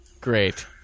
Great